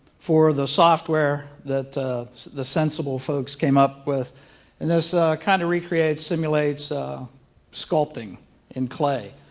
for the software that the sensible folks came up with. and this kind of recreates, simulates sculpting in clay.